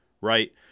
right